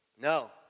No